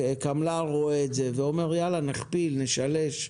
וקמל"ר רואה את זה ואומר 'יאללה, נכפיל, נשלש,